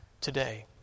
today